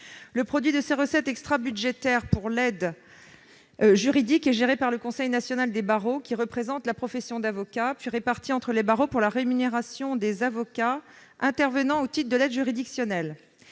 Le produit de ces recettes extrabudgétaires pour l'aide juridique est géré par le Conseil national des barreaux, qui représente la profession d'avocat, puis réparti entre les barreaux pour la rémunération des avocats intervenant au titre de l'aide juridictionnelle.